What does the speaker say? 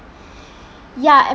ya and